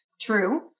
True